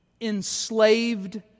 enslaved